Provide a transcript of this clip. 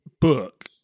book